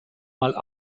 mal